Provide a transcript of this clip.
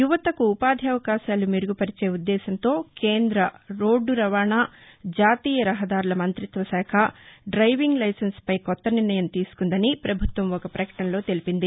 యువతకు ఉపాధి అవకాశాలు మెరుగుపరిచే ఉద్దేశ్యంతో కేంద్ర రోడ్లు రవాణా జాతీయ రహదారుల మంత్రిత్వశాఖ డైవింగ్ లైసెన్సుపై కొత్త నిర్ణయం తీసుకుందని పభుత్వం ఒక ప్రకటనలో తెలిపింది